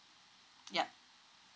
yup